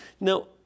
Now